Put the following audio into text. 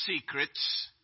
secrets